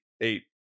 eight